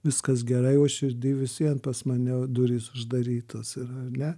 viskas gerai o širdy vis vien pas mane durys uždarytos yra ar ne